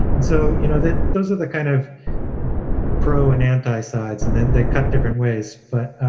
and so, you know that those are the kind of pro and anti sides and then they cut different ways. but